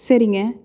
சரிங்க